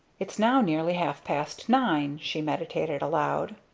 it's now nearly half-past nine, she meditated aloud.